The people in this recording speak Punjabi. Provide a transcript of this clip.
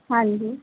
ਹਾਂਜੀ